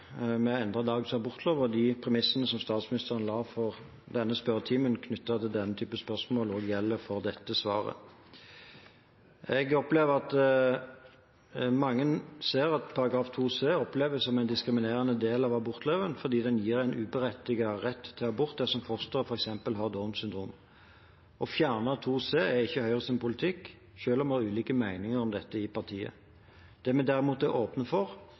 med å endre dagens abortlov, og at de premissene statsministeren la for denne spørretimen knyttet til denne typen spørsmål, også gjelder for dette svaret. Mange opplever § 2c som en diskriminerende del av abortloven fordi den gir en ubetinget rett til abort dersom fosteret f.eks. har Downs syndrom. Å fjerne § 2c er ikke Høyres politikk, selv om det er ulike meninger om dette i partiet. Det vi derimot er åpne for,